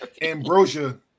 Ambrosia